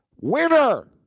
WINNER